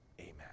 Amen